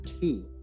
two